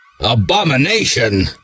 Abomination